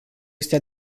este